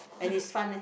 and he's fun leh